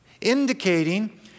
indicating